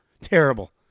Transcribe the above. Terrible